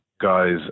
guys